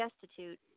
destitute